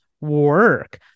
Work